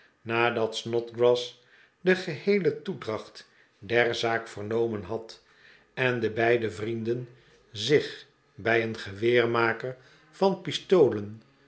nadat snodgrass de geheele toedracht der zaak vernomen had en d'e beide vrien j den zich bij een geweermaker van pistolen